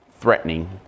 threatening